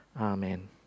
Amen